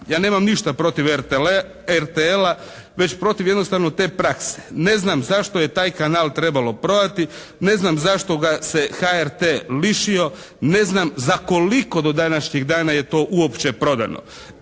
Ja nemam ništa protiv RTL-a već protiv jednostavno te prakse. Ne znam zašto je taj kanal trebalo prodati, ne znam zašto ga se HRT lišio, ne znam za koliko do današnjega dana je to uopće prodano.